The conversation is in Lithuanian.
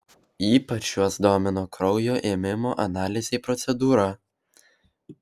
ypač juos domino kraujo ėmimo analizei procedūra